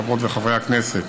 חברות וחברי הכנסת,